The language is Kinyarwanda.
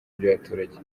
by’abaturage